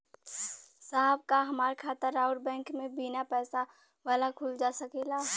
साहब का हमार खाता राऊर बैंक में बीना पैसा वाला खुल जा सकेला?